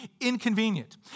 inconvenient